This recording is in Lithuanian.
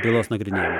bylos nagrinėjimo